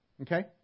Okay